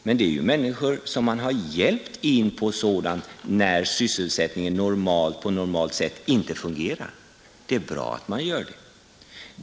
Men det är människor som man har hjälpt in på sådant när sysselsättningen på normalt sätt inte fungerat. Det är bra att man gör det.